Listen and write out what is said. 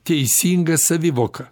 teisinga savivoka